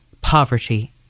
poverty